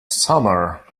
summer